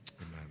Amen